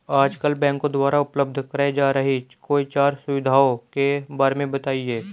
आजकल बैंकों द्वारा उपलब्ध कराई जा रही कोई चार सुविधाओं के बारे में बताइए?